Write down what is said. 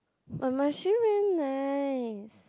but my shoe very nice